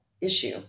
issue